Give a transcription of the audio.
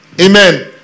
Amen